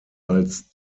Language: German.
als